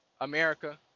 America